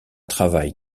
travail